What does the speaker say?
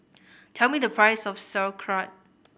tell me the price of Sauerkraut